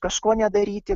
kažko nedaryti